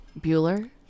Bueller